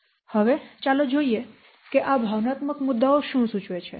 હવે ચાલો જોઈએ કે આ ભાવનાત્મક મુદ્દાઓ શું સૂચવે છે